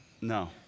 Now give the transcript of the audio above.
no